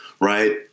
right